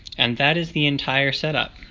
and that is the entire setup.